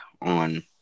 on